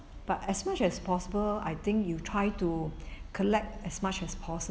but as much as possible I think you try to collect as much as possible